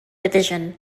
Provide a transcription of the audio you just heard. division